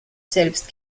selbst